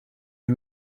you